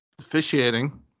officiating